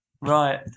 Right